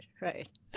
right